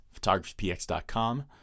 PhotographyPX.com